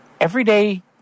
everyday